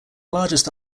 largest